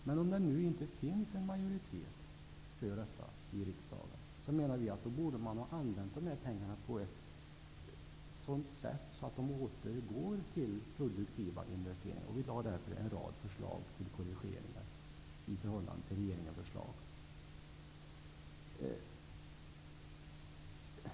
Men om det inte finns en majoritet för detta i riksdagen, menar vi att man borde ha använt pengarna på ett sådant sätt att de återgår till produktiva investeringar. Vi lade därför fram en rad förslag till korrigeringar i förhållande till regeringens förslag.